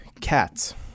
cats